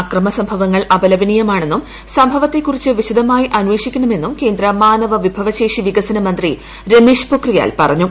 അക്രമ സംഭവങ്ങൾ അപലപനീയമാണെന്നും സംഭവത്തെക്കുറിച്ച് വിശദമായി അന്വേഷിക്കണമെന്നും കേന്ദ്ര മാനവ വിഭവശേഷി വികസന മന്ത്രി രമേഷ് പൊക്രിയാൽ പറഞ്ഞു